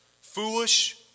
foolish